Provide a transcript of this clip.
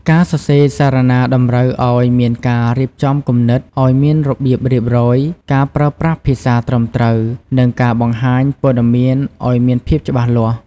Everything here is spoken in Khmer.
ការសរសេរសារណាតម្រូវឲ្យមានការរៀបចំគំនិតឲ្យមានរបៀបរៀបរយ ការប្រើប្រាស់ភាសាត្រឹមត្រូវ និងការបង្ហាញព័ត៌មានឲ្យមានភាពច្បាស់លាស់។